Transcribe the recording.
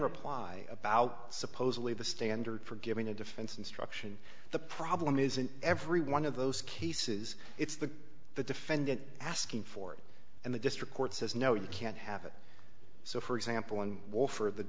reply about supposedly the standard for giving a defense instruction the problem is in every one of those cases it's the the defendant asking for it and the district court says no you can't have it so for example one will for the